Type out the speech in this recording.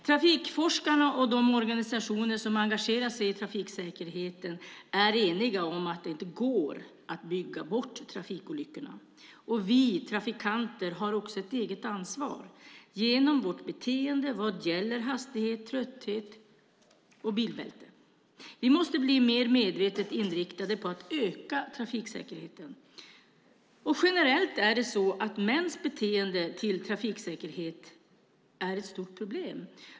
Trafikforskarna och de organisationer som engagerar sig i trafiksäkerheten är eniga om att det inte går att bygga bort trafikolyckorna. Vi trafikanter har också ett eget ansvar genom vårt beteende vad gäller hastighet, trötthet och bilbälte. Vi måste bli mer medvetet inriktade på att öka trafiksäkerheten. Generellt är det så att mäns beteende när det gäller trafiksäkerhet ett stort problem.